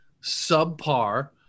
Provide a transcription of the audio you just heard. subpar